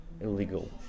illegal